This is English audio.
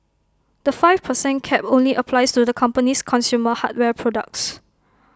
the five per cent cap only applies to the company's consumer hardware products